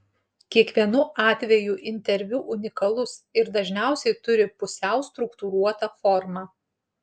kiekvienu atveju interviu unikalus ir dažniausiai turi pusiau struktūruotą formą